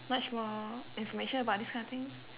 much more information about this kind of things